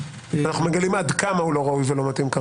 --- אנחנו מגלים עד כמה הוא לא ראוי ולא מתאים.